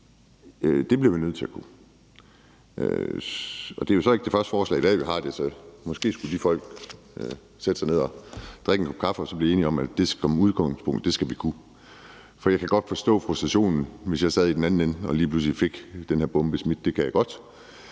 Det bliver vi nødt til at kunne. Det er jo så ikke det første forslag i dag, vi har. Så måske skulle de folk sætte sig ned og drikke en kop kaffe og så blive enige om, at det skal vi som udgangspunkt kunne. For jeg kan godt forstå frustrationen, hvis jeg sad i den anden ende og lige pludselig fik den her bombe smidt. Det kan jeg godt,